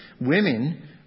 Women